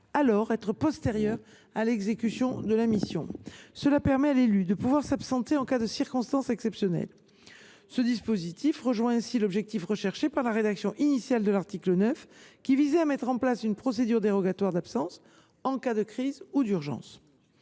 alors être postérieure à l’exécution de la mission. Cela permet à l’élu de s’absenter en cas de circonstances exceptionnelles. Ce dispositif rejoint ainsi l’objectif de l’article 9 dans sa rédaction initiale, à savoir mettre en place une procédure dérogatoire d’absence en cas de crise ou d’urgence.